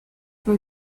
were